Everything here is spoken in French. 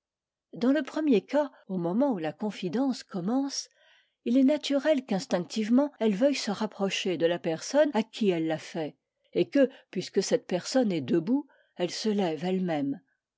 dans le premier cas au moment où la confidence commence il est naturel qu'instinctivement elle veuille se rapprocher de la personne à qui elle la fait et que puisque cette personne est debout elle se lève elle-même